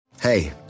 Hey